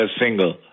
single